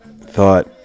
thought